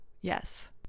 Yes